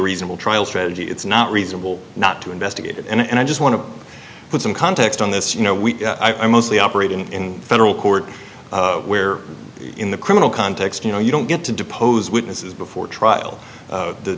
reasonable trial strategy it's not reasonable not to investigate and i just want to put some context on this you know we i mostly operate in federal court where in the criminal context you know you don't get to depose witnesses before trial